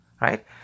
right